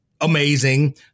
amazing